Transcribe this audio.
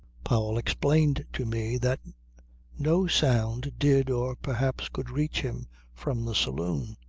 powell explained to me that no sound did or perhaps could reach him from the saloon.